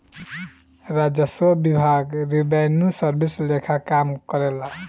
राजस्व विभाग revenue service लेखा काम करेला